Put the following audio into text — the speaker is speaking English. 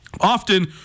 Often